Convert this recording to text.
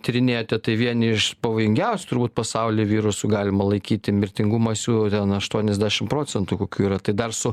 tyrinėjote tai vieni iš pavojingiausių turbūt pasauly virusų galima laikyti mirtingumas jų ten aštuoniasdešim procentų kokių yra tai dar su